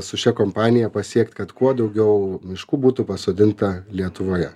su šia kompanija pasiekt kad kuo daugiau miškų būtų pasodinta lietuvoje